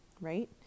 right